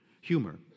humor